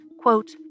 quote